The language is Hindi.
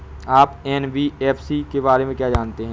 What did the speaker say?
आप एन.बी.एफ.सी के बारे में क्या जानते हैं?